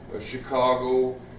Chicago